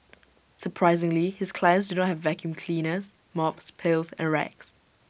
surprisingly his clients do not have vacuum cleaners mops pails and rags